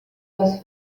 les